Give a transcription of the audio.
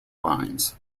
lines